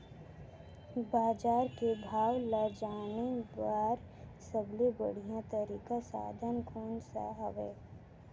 बजार के भाव ला जाने बार सबले बढ़िया तारिक साधन कोन सा हवय?